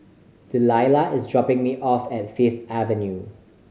Deliah is dropping me off at Fifth Avenue